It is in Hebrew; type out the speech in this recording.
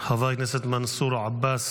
חבר הכנסת מנסור עבאס,